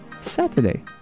Saturday